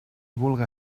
vulga